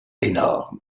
énorme